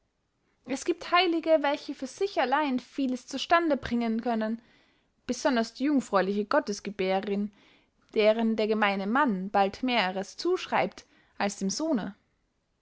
es giebt heilige welche für sich allein vieles zu stande bringen können besonders die jungfräuliche gottesgebährerinn deren der gemeine mann bald mehrers zuschreibt als dem sohne